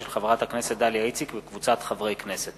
של חברת הכנסת דליה איציק וקבוצת חברי הכנסת.